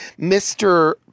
mr